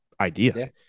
idea